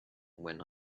when